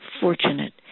fortunate